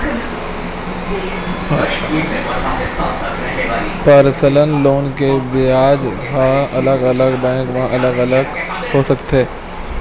personal loan के बियाज ह अलग अलग बैंक के अलग अलग हो सकत हे